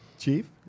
Chief